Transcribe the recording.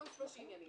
פלוס 30 ימים.